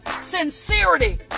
sincerity